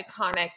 iconic –